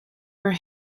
her